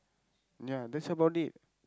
ya that's about it